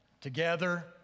together